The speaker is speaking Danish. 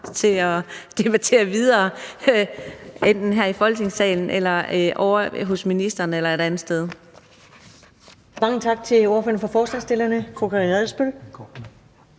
til at debattere videre, enten her i Folketingssalen eller ovre hos ministeren eller et andet sted. Kl. 19:57 Første næstformand